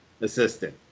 assistant